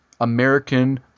American